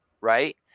right